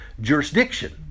jurisdiction